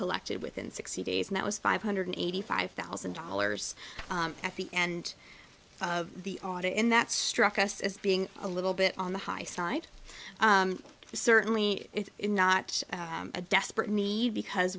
collected within sixty days and that was five hundred eighty five thousand dollars at the end of the audit in that struck us as being a little bit on the high side certainly it's not a desperate need because